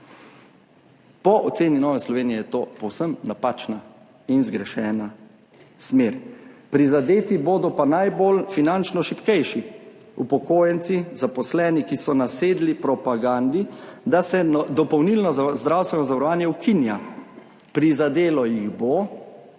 Po oceni Nove Slovenije je to povsem napačna in zgrešena smer. Prizadeti bodo pa finančno najšibkejši, upokojenci, zaposleni, ki so nasedli propagandi, da se dopolnilno zdravstveno zavarovanje ukinja. Prizadelo jih bo,